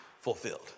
fulfilled